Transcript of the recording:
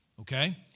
Okay